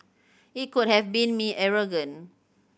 it could have made me arrogant